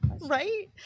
Right